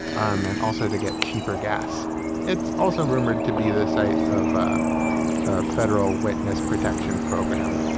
um and also, to get cheaper gas it's also rumored to be the site of a federal witness protection program.